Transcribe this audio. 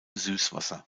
süßwasser